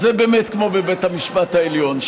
אז זה באמת כמו בבית המשפט העליון,